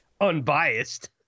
unbiased